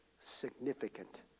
significant